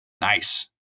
Nice